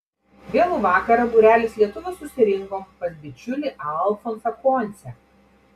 vėlų vakarą būrelis lietuvių susirinkom pas bičiulį alfonsą koncę